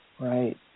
Right